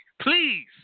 please